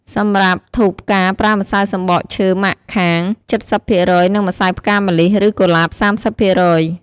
សម្រាប់ធូបផ្កាប្រើម្សៅសំបកឈើម៉ាក់ខាង ៧០% និងម្សៅផ្កាម្លិះ ឬ កុលាប ៣០%។